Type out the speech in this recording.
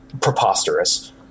preposterous